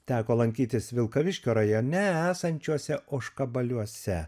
teko lankytis vilkaviškio rajone esančiuose ožkabaliuose